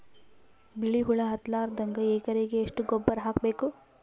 ಬಿಳಿ ಹುಳ ಹತ್ತಲಾರದಂಗ ಎಕರೆಗೆ ಎಷ್ಟು ಗೊಬ್ಬರ ಹಾಕ್ ಬೇಕು?